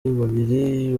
babiri